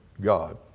God